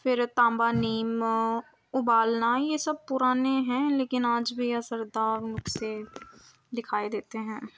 پھر تانبا نیم ابالنا یہ سب پرانے ہیں لیکن آج بھی اثردار نسخے دکھائے دیتے ہیں